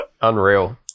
unreal